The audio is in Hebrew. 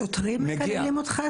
שוטרים מקללים אותך?